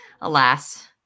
alas